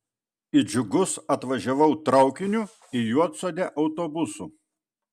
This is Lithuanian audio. į džiugus atvažiavau traukiniu į juodsodę autobusu